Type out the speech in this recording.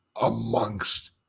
amongst